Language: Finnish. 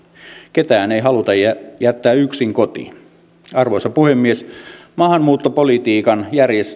ketään ei haluta jättää yksin kotiin arvoisa puhemies maahanmuuttopolitiikan